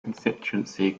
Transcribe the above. constituency